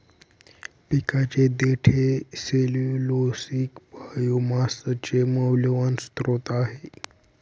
पिकाचे देठ हे सेल्यूलोसिक बायोमासचे मौल्यवान स्त्रोत आहे